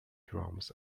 drums